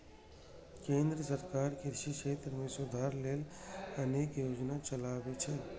केंद्र सरकार कृषि क्षेत्र मे सुधार लेल अनेक योजना चलाबै छै